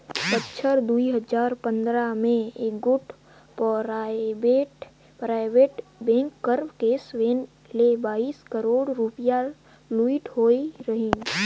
बछर दुई हजार पंदरा में एगोट पराइबेट बेंक कर कैस वैन ले बाइस करोड़ रूपिया लूइट होई रहिन